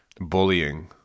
bullying